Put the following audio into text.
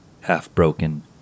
half-broken